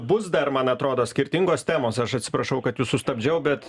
bus dar man atrodo skirtingos temos aš atsiprašau kad jus sustabdžiau bet